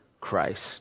Christ